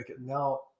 now